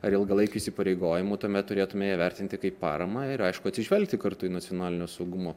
ar ilgalaikių įsipareigojimų tuomet turėtume ją vertinti kaip paramą ir aišku atsižvelgti kartu į nacionalinio saugumo